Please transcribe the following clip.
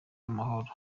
amahoro